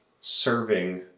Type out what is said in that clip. serving